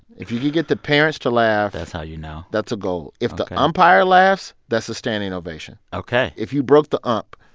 if you could get the parents to laugh. that's how you know that's a goal ok if the umpire laughs, that's a standing ovation ok if you broke the ump,